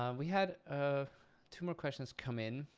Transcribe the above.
um we had ah two more questions come in.